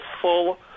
full